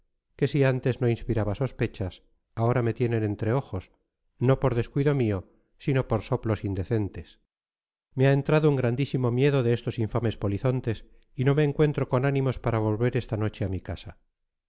que si antes no inspiraba sospechas ahora me tienen entre ojos no por descuido mío sino por soplos indecentes me ha entrado un grandísimo miedo de estos infames polizontes y no me encuentro con ánimos para volver esta noche a mi casa